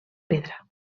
pedra